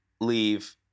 leave